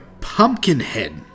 Pumpkinhead